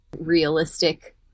realistic